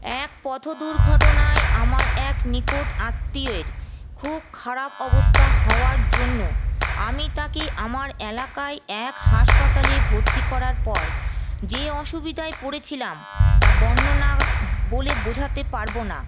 এক পথ দুর্ঘটনায় আমার এক নিকট আত্মীয়ের খুব খারাপ অবস্থা হওয়ার জন্য আমি তাকে আমার এলাকায় এক হাসপাতালে ভর্তি করার পর যে অসুবিধায় পড়েছিলাম তা বর্ণনা বলে বোঝাতে পারবো না